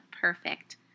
perfect